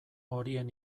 horien